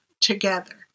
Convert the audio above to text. together